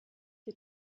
der